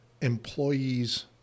employees